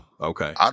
Okay